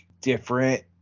different